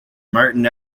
martin